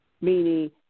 meaning